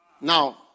Now